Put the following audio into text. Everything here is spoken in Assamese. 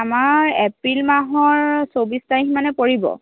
আমাৰ এপ্ৰিল মাহৰ চৌবিছ তাৰিখ মানে পৰিব